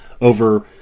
over